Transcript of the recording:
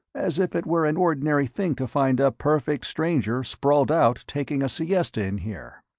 as if it were an ordinary thing to find a perfect stranger sprawled out taking a siesta in here.